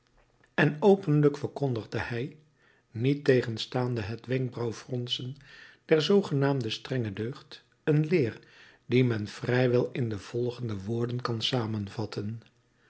en openlijk verkondigde hij niettegenstaande het wenkbrauwfronsen der zoogenaamde strenge deugd een leer die men vrijwel in de volgende woorden kan samenvatten